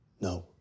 No